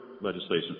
legislation